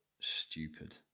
stupid